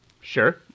sure